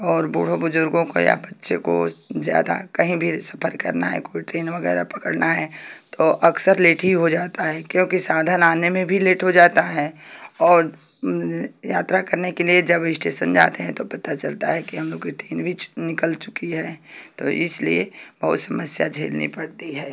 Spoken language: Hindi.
और बड़े बुजुर्गों को या बच्चे को ज्यादा कहीं भी सफ़र करना है कोई ट्रेन वगैरह पकड़ना है तो अक्सर लेट ही हो जाता है क्योंकि साधन आने में भी लेट हो जाता है और यात्रा करने के लिए जब स्टेशन जाते हैं तो पता चलता है कि हम लोग की ट्रेन भी छु निकल चुकी है तो इसलिए बहुत समस्या झेलनी पड़ती है